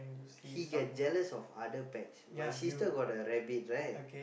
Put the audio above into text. he get jealous of other pets my sister got the rabbits right